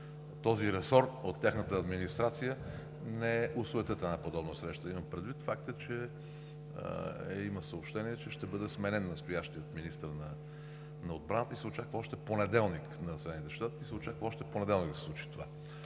този ресор от тяхната администрация, не осуетят една подобна среща. Имам предвид факта, че има съобщение, че ще бъде сменен настоящият министър на отбраната на Съединените щати и се очаква още в понеделник да се случи това.